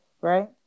right